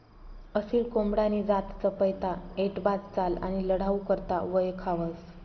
असील कोंबडानी जात चपयता, ऐटबाज चाल आणि लढाऊ करता वयखावंस